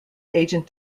agent